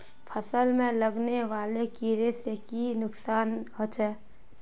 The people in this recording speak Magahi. फसल में लगने वाले कीड़े से की नुकसान होचे?